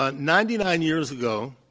ah ninety-nine years ago,